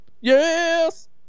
Yes